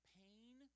pain